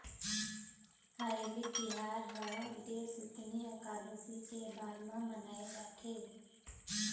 हरेली तिहार ह देवसुतनी अकादसी के बाद म मनाए जाथे